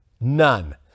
None